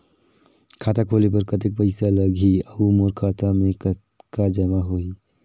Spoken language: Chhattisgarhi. खाता खोले बर कतेक पइसा लगही? अउ मोर खाता मे कतका जमा होही?